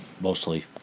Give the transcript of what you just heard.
Mostly